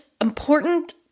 important